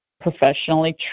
professionally